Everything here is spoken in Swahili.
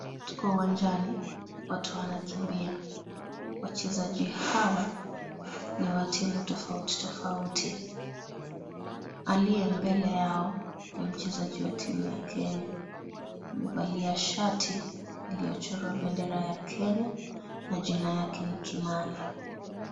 Tuko uwanjani, watu wanakimbia. Wachezaji hawa ni wa timu tofauti tofauti. Aliye mbele yao ni mchezaji wa timu ya Kenya. Amevalia shati iliyochorwa pendera ya Kenya na jina yake ni Kimani.